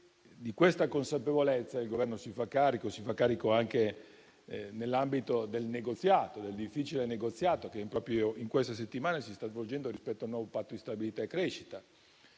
Di questa consapevolezza il Governo si fa carico, anche nell'ambito del difficile negoziato che, proprio in queste settimane, si sta svolgendo rispetto al nuovo patto di stabilità e crescita.